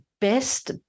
best